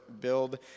build